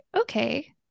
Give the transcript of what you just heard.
okay